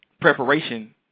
Preparation